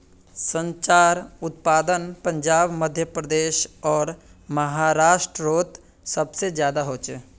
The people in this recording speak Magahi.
संत्रार उत्पादन पंजाब मध्य प्रदेश आर महाराष्टरोत सबसे ज्यादा होचे